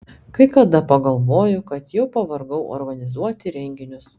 kai kada pagalvoju kad jau pavargau organizuoti renginius